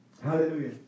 hallelujah